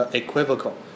equivocal